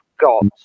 got